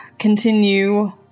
continue